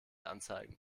anzeigen